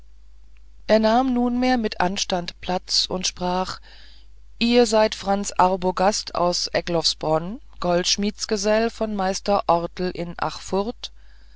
er nahm nunmehr mit anstand platz und sprach ihr seid franz arbogast aus egloffsbronn goldschmiedsgesell bei meister orlt in achfurth